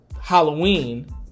Halloween